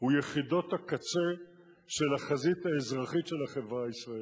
הוא יחידות הקצה של החזית האזרחית של החברה הישראלית.